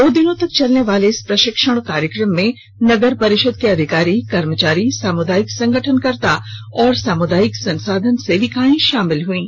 दो दिनों तक चलने वाले इस प्रशिक्षण कार्यक्रम में नगर परिषद के अधिकारी कर्मचारी सामुदायिक संगठनकर्ता एवं सामुदायिक संसाधन सेविकाएं शामिल हुईं